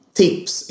tips